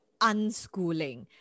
unschooling